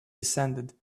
descended